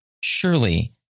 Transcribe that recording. surely